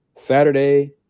saturday